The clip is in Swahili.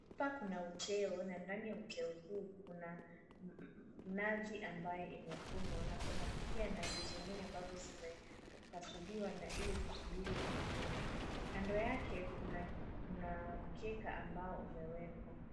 Hapa kuna uteo na ndani ya uteo hii kuna nazi ambayo imekunwa na kuna pia nazi zingine ambazo zimepasuliwa na ili kusubiri kukunwa. Kando yake, kuna kuna mkeka ambao umewekwa.